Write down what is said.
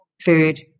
food